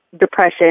depression